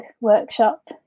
workshop